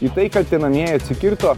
į tai kaltinamieji atsikirto